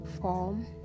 form